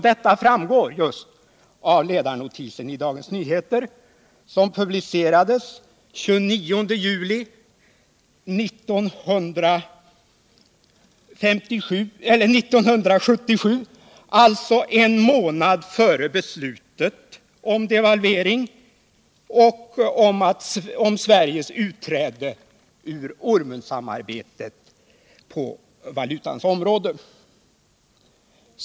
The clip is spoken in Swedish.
Detta framgår just av ledarnotisen i Dagens Nyheter den 29 juli 1977, alltså en månad före beslutet om devalveringen och om Sveriges utträde ur ormsamarbetet på valutans område.